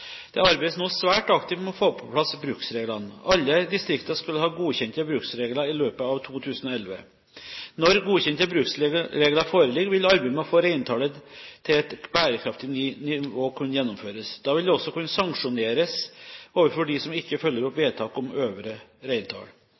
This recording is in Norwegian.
Det arbeides nå svært aktivt med å få på plass bruksreglene. Alle distrikter skal ha godkjente bruksregler i løpet av 2011. Når godkjente bruksregler foreligger, vil arbeidet med å få reintallet til et bærekraftig nivå kunne gjennomføres. Da vil det også kunne sanksjoneres overfor dem som ikke følger opp vedtak om øvre reintall.